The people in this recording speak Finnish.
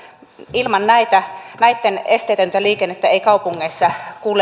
ilman näitten esteetöntä liikennettä ei kaupungeissa